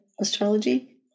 astrology